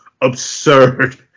absurd